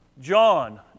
John